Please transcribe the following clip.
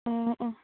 ꯑꯣꯑꯣ